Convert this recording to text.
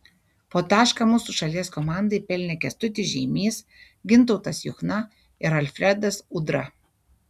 po tašką mūsų šalies komandai pelnė kęstutis žeimys gintautas juchna ir alfredas udra